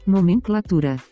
Nomenclatura